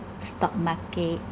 stock market